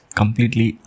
completely